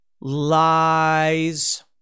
Lies